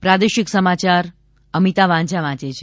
પ્રાદેશિક સમાચાર અમિતા વાંઝા વાંચે છે